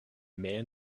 man